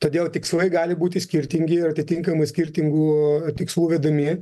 todėl tikslai gali būti skirtingi ir atitinkamai skirtingų tikslų vedami